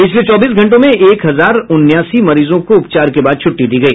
पिछले चौबीस घंटों में एक हजार उन्यासी मरीजों को उपचार के बाद छुट्टी दी गई